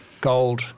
gold